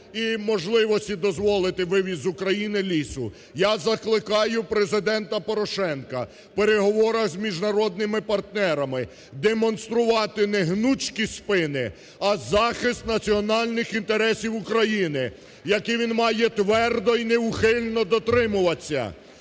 і можливості дозволити вивіз з України лісу. Я закликаю Президента Порошенка у переговорах з міжнародними партнерами демонструвати не гнучкі спини, а захист національних інтересів України, яких він має твердо і неухильно дотримуватися.